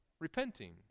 repenting